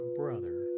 brother